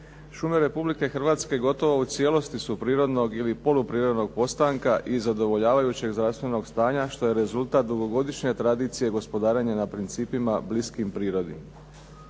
Šume Republike Hrvatske gotovo u cijelosti su prirodnog ili poluprirodnog postanka i zadovoljavajućeg zdravstvenog stanja što je rezultat dugogodišnje tradicije gospodarenja na principa bliskim prirodi.